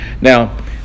Now